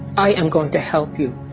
i am going to help you.